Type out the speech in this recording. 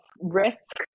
risk